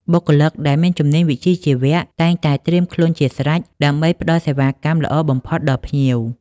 បុគ្គលិកដែលមានជំនាញវិជ្ជាជីវៈ តែងតែត្រៀមខ្លួនជាស្រេចដើម្បីផ្តល់សេវាកម្មល្អបំផុតដល់ភ្ញៀវ។